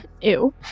Ew